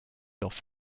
off